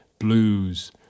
blues